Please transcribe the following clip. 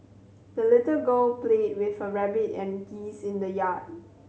the little girl played with her rabbit and geese in the yard